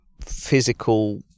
physical